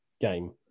game